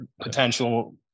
potential